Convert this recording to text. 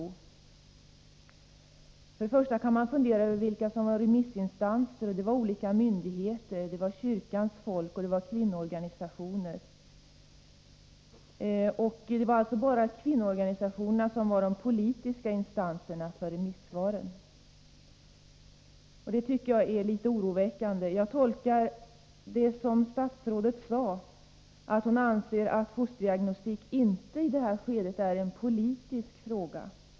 Till att börja med kan man fundera över vilka som var remissinstanser. Det var olika myndigheter, kyrkans folk och kvinnoorganisationer. Av remissorganen var det alltså bara kvinnoorganisationerna som var politiska instanser. Det är litet oroväckande. Jag tolkar det som statsrådet sade så, att hon anser att frågan om fosterdiagnostik i detta skede inte är en politisk fråga.